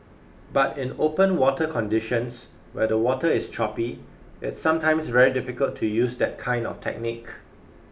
but in open water conditions where the water is choppy it's sometimes very difficult to use that kind of technique